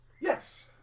yes